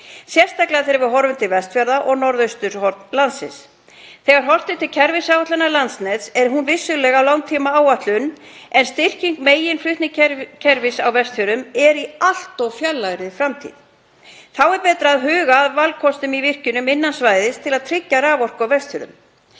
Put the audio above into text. sérstaklega þegar við horfum til Vestfjarða og norðausturhorns landsins. Þegar horft er til kerfisáætlunar Landsnets er hún vissulega langtímaáætlun en styrking meginflutningskerfis á Vestfjörðum er í allt of fjarlægri framtíð. Þá er betra að huga að valkostum í virkjunum innan svæðis til að tryggja raforku á Vestfjörðum.